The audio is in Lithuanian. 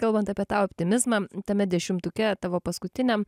kalbant apie tą optimizmą tame dešimtuke tavo paskutiniam